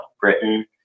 Britain